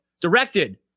directed